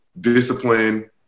discipline